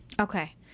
Okay